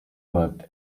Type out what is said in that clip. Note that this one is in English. worked